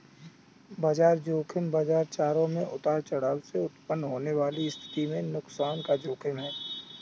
बाजार ज़ोखिम बाजार चरों में उतार चढ़ाव से उत्पन्न होने वाली स्थिति में नुकसान का जोखिम है